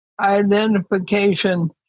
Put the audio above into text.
identification